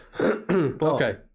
Okay